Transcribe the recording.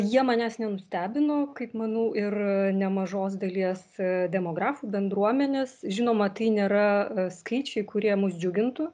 jie manęs nenustebino kaip manau ir nemažos dalies demografų bendruomenės žinoma tai nėra skaičiai kurie mus džiugintų